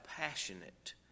passionate